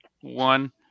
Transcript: one